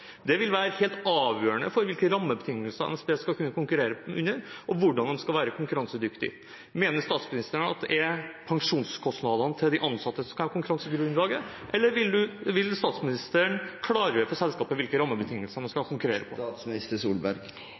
Det vil være helt avgjørende for hvilke rammebetingelser NSB skal kunne konkurrere under, og hvordan man skal være konkurransedyktig. Mener statsministeren at det er pensjonskostnadene til de ansatte som skal være konkurransegrunnlaget, eller vil statsministeren klargjøre for selskapet hvilke rammebetingelser man skal konkurrere på?